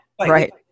Right